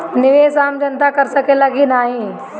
निवेस आम जनता कर सकेला की नाहीं?